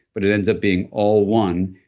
but it ends up being all one,